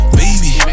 baby